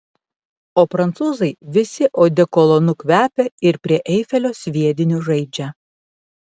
o prancūzai visi odekolonu kvepia ir prie eifelio sviediniu žaidžia